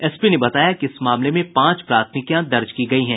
SP ने बताया कि इस मामले में पांच प्राथमिकियां दर्ज की गयी हैं